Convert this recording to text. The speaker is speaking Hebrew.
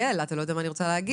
אתה לא יודע מה אני רוצה להגיד,